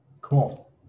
Cool